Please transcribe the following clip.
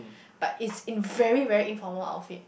but it's in very very informal outfit